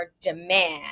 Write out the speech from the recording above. demand